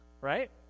Right